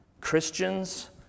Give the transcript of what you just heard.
Christians